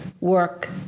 work